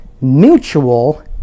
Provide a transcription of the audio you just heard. mutual